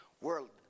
World